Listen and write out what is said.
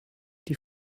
die